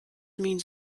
means